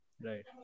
Right